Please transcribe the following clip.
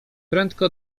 prędko